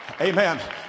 Amen